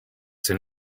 soon